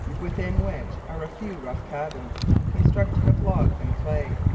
within which are a few rough cabins constructed of logs and clay,